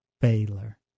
Baylor